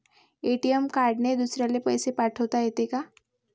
ATM कार्डने दुसऱ्याले पैसे पाठोता येते का?